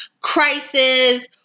crisis